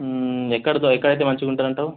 ఎక్కడ ఎక్కడైతే మంచిగా ఉంటదంటావు